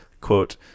quote